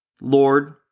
Lord